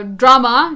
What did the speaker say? drama